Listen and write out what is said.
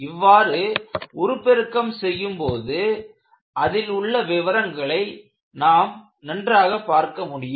இவ்வாறு உருப்பெருக்கம் செய்யும் போது அதில் உள்ள விவரங்களை நாம் நன்றாக பார்க்க முடியும்